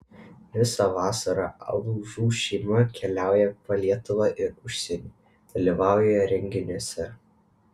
visą vasarą alūzų šeima keliauja po lietuvą ir užsienį dalyvauja renginiuose